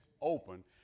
open